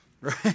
Right